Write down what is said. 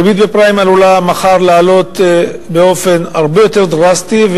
הריבית בפרייים עלולה מחר לעלות באופן הרבה יותר דרסטי,